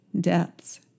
depths